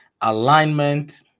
alignment